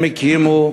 הם הקימו,